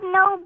no